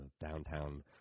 downtown